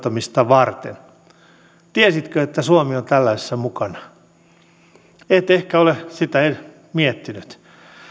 toteuttamista varten tiesitkö että suomi on tällaisessa mukana et ehkä ole sitä miettinyt